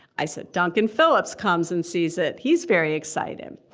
i said duncan phillips comes and sees that he's very excited.